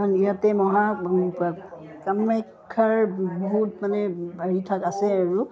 ইয়াতে মহা কামাখ্যাৰ বহুত মানে হেৰি থাকে আছে আৰু